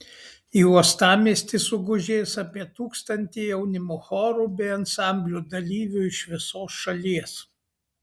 į uostamiestį sugužės apie tūkstantį jaunimo chorų bei ansamblių dalyvių iš visos šalies